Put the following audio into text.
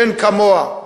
שאין כמוה.